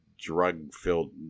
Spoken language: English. drug-filled